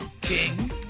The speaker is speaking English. King